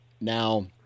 Now